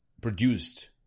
produced